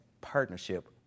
partnership